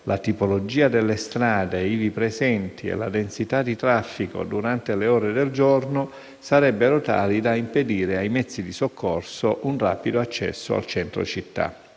la tipologia delle strade ivi presenti e la densità di traffico durante le ore del giorno sarebbero tali da impedire ai mezzi di soccorso un rapido accesso al centro città.